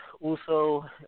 Uso